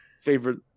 favorite